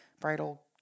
bridal